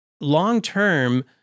long-term